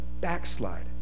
backslide